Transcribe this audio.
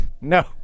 No